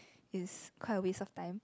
is quite a waste of time